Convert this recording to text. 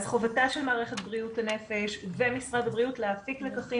אז חובתה של מערכת בריאות הנפש ומשרד הבריאות להפיק לקחים